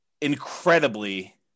incredibly